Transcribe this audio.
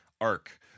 arc